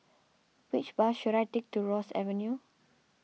which bus should I take to Ross Avenue